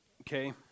Okay